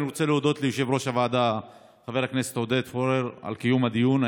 אני רוצה להודות ליושב-ראש הוועדה חבר הכנסת עודד פורר על קיום הדיון.